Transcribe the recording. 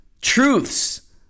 truths